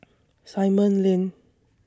Simon Lane